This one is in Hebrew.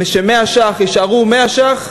ש-100 ש"ח יישארו 100 ש"ח.